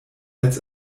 als